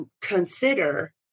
consider